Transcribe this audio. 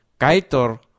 Kaitor